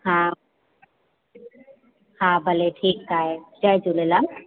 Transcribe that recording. हा हा भले ठीकु आहे जय झूलेलाल